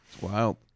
wow